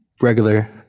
regular